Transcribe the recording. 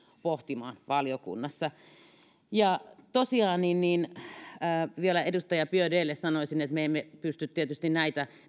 pohtimaan valiokunnassa tosiaan vielä edustaja biaudetlle sanoisin että me emme pysty tietysti näitä